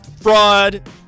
Fraud